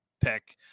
pick